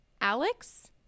Alex